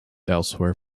elsewhere